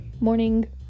morning